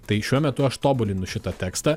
tai šiuo metu aš tobulinu šitą tekstą